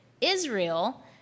Israel